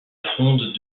fronde